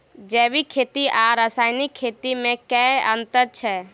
जैविक खेती आ रासायनिक खेती मे केँ अंतर छै?